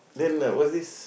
then what's this